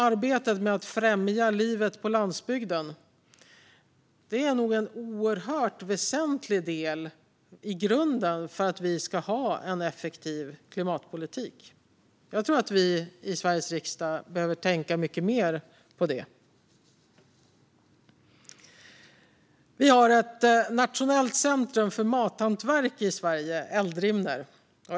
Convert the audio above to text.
Arbetet med att främja livet på landsbygden är nog en i grunden oerhört väsentlig del för att vi ska ha en effektiv klimatpolitik. Jag tror att vi i Sveriges riksdag behöver tänka mycket mer på det. Vi har ett nationellt centrum för mathantverk i Sverige, Eldrimner.